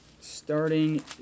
starting